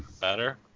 Better